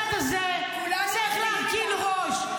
כולכם, בעיקר הצד הזה, צריכים להרכין ראש.